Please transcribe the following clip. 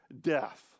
death